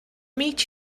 meet